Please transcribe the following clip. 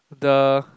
the